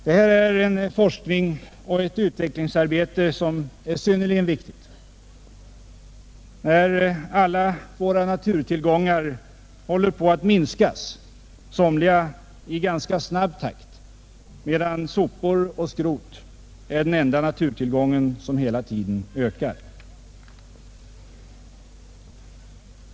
Det gäller här ett forskningsoch utvecklingsarbete som är synnerligen viktigt, när alla våra naturtillgångar håller på att minskas — somliga i ganska snabb takt — medan sopor och skrot är den enda naturtillgång som hela tiden ökar.